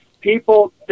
people